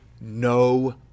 no